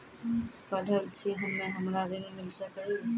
पढल छी हम्मे हमरा ऋण मिल सकई?